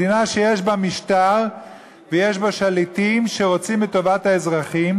מדינה שיש בה משטר ויש בה שליטים שרוצים את טובת האזרחים,